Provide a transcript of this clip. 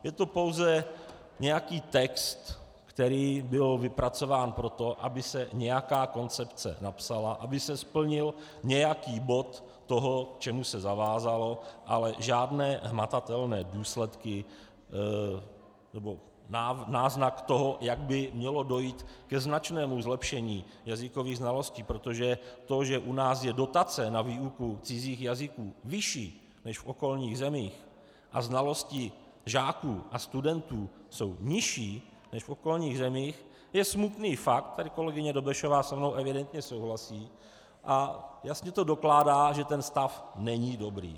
Je to pouze nějaký text, který byl vypracován proto, aby se nějaká koncepce napsala, aby se splnil nějaký bod toho, k čemu se zavázalo, ale žádné hmatatelné důsledky nebo náznak toho, jak by mělo dojít ke značnému zlepšení jazykových znalostí, protože to, že u nás je dotace na výuku cizích jazyků vyšší než v okolních zemích a znalosti žáků a studentů jsou nižší než v okolních zemích, je smutný fakt tady se mnou kolegyně Dobešová evidentně souhlasí a jasně to dokládá, že ten stav není dobrý.